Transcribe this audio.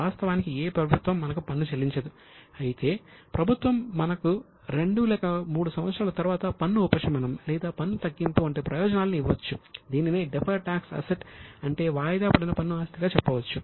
వాస్తవానికి ఏ ప్రభుత్వం మనకు పన్ను చెల్లించదు అయితే ప్రభుత్వం మనకు 2 లేక 3 సంవత్సరాల తరువాత పన్ను ఉపశమనం లేదా పన్ను తగ్గింపు వంటి ప్రయోజనాలను ఇవ్వచ్చు దీనినే డెఫర్డ్ టాక్స్ అసెట్ అంటే వాయిదాపడిన పన్ను ఆస్తి గా చెప్పవచ్చు